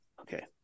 okay